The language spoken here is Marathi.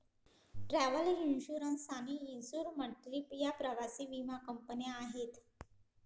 ट्रॅव्हल इन्श्युरन्स आणि इन्सुर मॅट्रीप या प्रवासी विमा कंपन्या आहेत